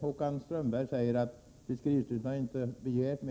Håkan Strömberg säger att fiskeristyrelsen inte har begärt någon ökning.